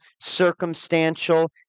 circumstantial